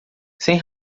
sem